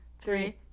Three